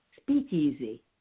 Speakeasy